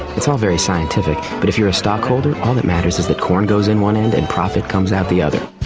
it's all very scientific. but if you're a stockholder, all that matters is that corn goes in one end and profit comes out the other.